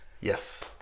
yes